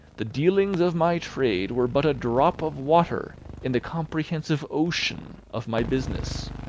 the dealings of my trade were but a drop of water in the comprehensive ocean of my business!